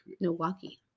Milwaukee